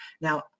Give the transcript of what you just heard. Now